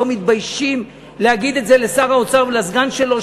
לא מתביישים להגיד את זה לשר האוצר ולסגן שלו,